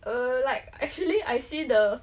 err like actually I see the